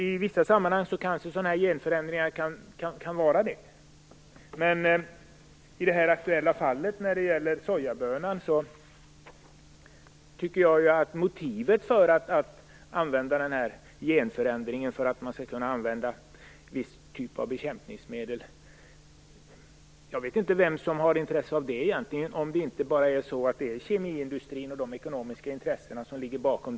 I vissa sammanhang kan sådana här genförändringar kanske vara det. I det aktuella fallet med sojabönan funderar jag över motivet till en genförändring för att kunna använda en viss typ av bekämpningsmedel. Jag vet inte vem som har intresse av det - om det bara är kemiindustrin och de ekonomiska intressena som ligger bakom.